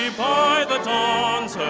by the dawn's